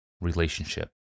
relationship